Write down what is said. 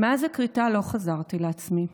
מאז הכריתה לא חזרתי לעצמי.